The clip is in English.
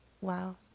wow